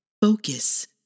focus